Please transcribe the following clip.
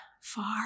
far